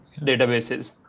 databases